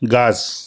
গাছ